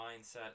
mindset